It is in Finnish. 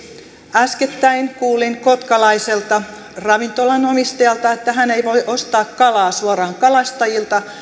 äskettäin kuulin kotkalaiselta ravintolan omistajalta että hän ei voi ostaa kalaa suoraan kalastajilta